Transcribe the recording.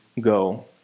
go